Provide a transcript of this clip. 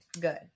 good